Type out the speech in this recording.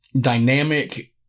dynamic